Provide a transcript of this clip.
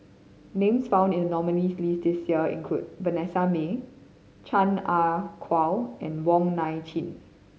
names found in the nominees' list this year include Vanessa Mae Chan Ah Kow and Wong Nai Chin